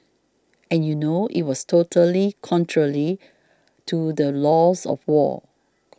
and you know it was totally contrarily to the laws of war